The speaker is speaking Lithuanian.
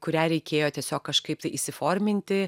kurią reikėjo tiesiog kažkaip tai įsiforminti